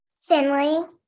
Finley